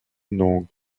n’ont